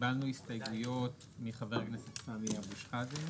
קיבלנו הסתייגות מחבר הכנסת סמי אבו שחאדה.